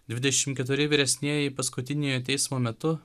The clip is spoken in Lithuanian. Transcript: dvidešim keturi vyresnieji paskutiniojo teismo metu